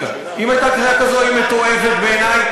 היא מתועבת בעיני,